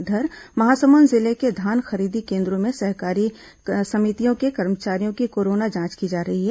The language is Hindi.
इधर महासमुंद जिले के धान खरीदी केन्द्रों में सहकारी समितियों के कर्मचारियों की कोरोना जांच की जा रही है